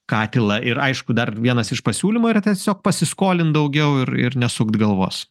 katilą ir aišku dar vienas iš pasiūlymų yra tiesiog pasiskolint daugiau ir ir nesukti galvos